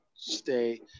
Stay